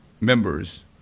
members